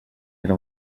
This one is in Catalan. era